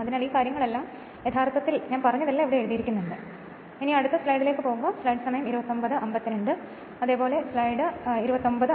അതിനാൽ ഈ കാര്യങ്ങളെല്ലാം യഥാർത്ഥത്തിൽ ഞാൻ പറഞ്ഞതെല്ലാം ഇവിടെ എഴുതിയിരിക്കുന്നു അതിനാൽ ഇത് കൂടുതൽ വിശദീകരിക്കാൻ ഞാൻ ആഗ്രഹിക്കുന്നില്ല